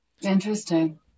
Interesting